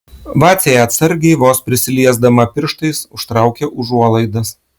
vacė atsargiai vos prisiliesdama pirštais užtraukia užuolaidas